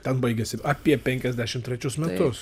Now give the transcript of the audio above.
ten baigiasi apie penkiasdešim trečius metus